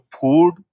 food